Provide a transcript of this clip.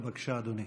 בבקשה, אדוני.